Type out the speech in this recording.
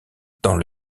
dans